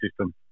system